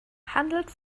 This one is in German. handelt